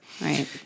Right